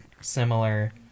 similar